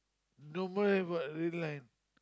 normal but red line